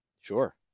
Sure